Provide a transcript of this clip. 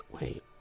wait